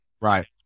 Right